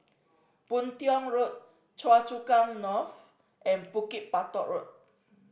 Boon Tiong Road Choa Chu Kang North and Bukit Batok Road